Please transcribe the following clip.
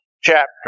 chapter